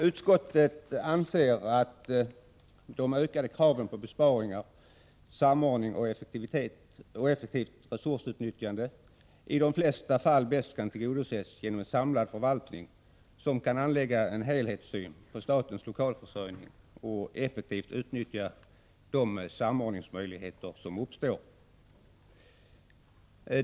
Utskottet anser att de ökande kraven på besparingar, samordning och effektivt resursutnyttjande i de flesta fall bäst kan tillgodoses genom en samlad förvaltning, som kan anlägga en helhetssyn på statens lokalförsörjning och effektivt utnyttja de samordningsmöjligheter som uppstår.